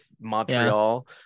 Montreal